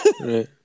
Right